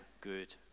good